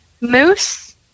moose